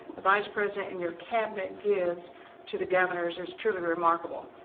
the vice president, and your cabinet gives to the governors is truly remarkable.